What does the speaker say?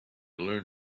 learned